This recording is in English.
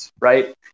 right